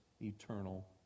eternal